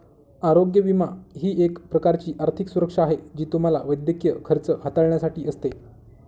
आरोग्य विमा ही एक प्रकारची आर्थिक सुरक्षा आहे जी तुम्हाला वैद्यकीय खर्च हाताळण्यासाठी असते